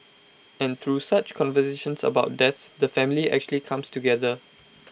and through such conversations about death the family actually comes together